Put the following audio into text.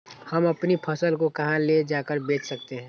हम अपनी फसल को कहां ले जाकर बेच सकते हैं?